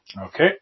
Okay